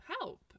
help